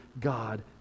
God